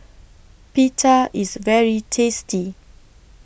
Pita IS very tasty